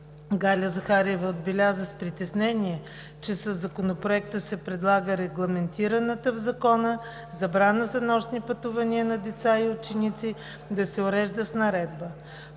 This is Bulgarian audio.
Галя Захариева отбеляза с притеснение, че със Законопроекта се предлага регламентираната в Закона забрана за нощни пътувания на деца и ученици да се урежда с наредба.